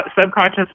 subconscious